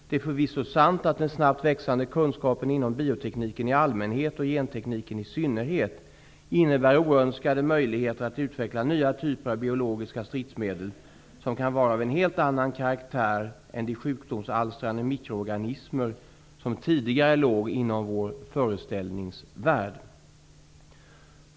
Det är förvisso sant att den snabbt växande kunskapen inom biotekniken i allmänhet och gentekniken i synnerhet innebär oönskade möjligheter att utveckla nya typer av biologiska stridsmedel, som kan vara av en helt annan karaktär än de sjukdomsalstrande mikroorganismer som tidigare låg inom vår föreställningsvärld.